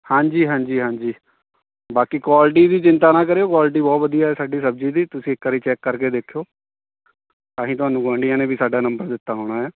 ਹਾਂਜੀ ਹਾਂਜੀ ਹਾਂਜੀ ਬਾਕੀ ਕੁਆਲਟੀ ਦੀ ਚਿੰਤਾਂ ਨਾ ਕਰਿਓ ਕੁਆਲਟੀ ਬਹੁਤ ਵਧੀਆ ਹੈ ਸਾਡੀ ਸਬਜ਼ੀ ਦੀ ਤੁਸੀਂ ਇੱਕ ਵਾਰੀ ਚੈੱਕ ਕਰਕੇ ਦੇਖਿਓ ਤਾਹੀ ਤੁਹਾਨੂੰ ਗੁਆਂਢੀਆਂ ਨੇ ਵੀ ਸਾਡਾ ਨੰਬਰ ਦਿੱਤਾ ਹੋਣਾ ਹੈ